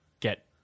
Get